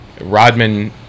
Rodman